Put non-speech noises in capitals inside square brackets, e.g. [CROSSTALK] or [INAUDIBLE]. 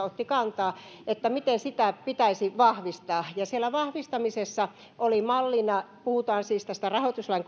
[UNINTELLIGIBLE] otti kantaa miten sitä pitäisi vahvistaa vahvistamisessa oli mallina se puhutaan siis tästä rahoituslain